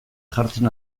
jartzen